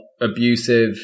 abusive